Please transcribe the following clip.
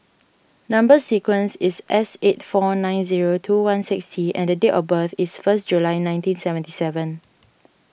Number Sequence is S eight four nine zero two one six T and date of birth is first July nineteen seventy seven